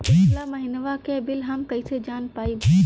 पिछला महिनवा क बिल हम कईसे जान पाइब?